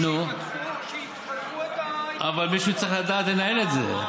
אבל מישהו צריך לדעת לנהל את זה.